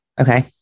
Okay